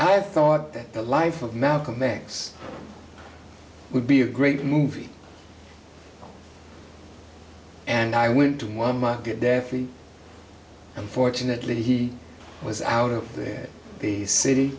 i thought that the life of malcolm x would be a great movie and i went to one might get deathly unfortunately he was out of the city